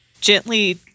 gently